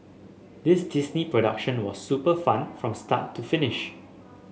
this Disney production was super fun from start to finish